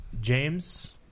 James